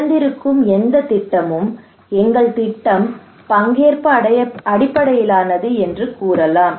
திறந்திருக்கும் எந்த திட்டமும் எங்கள் திட்டம் பங்கேற்பு அடிப்படையிலானது என்று கூறலாம்